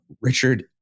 Richard